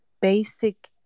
basic